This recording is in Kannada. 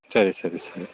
ಸರಿ ಸರಿ ಸರಿ